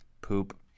poop